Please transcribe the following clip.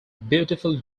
beautiful